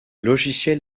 logiciel